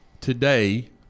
today